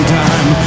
time